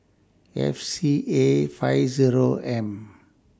F C A five Zero M